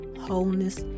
wholeness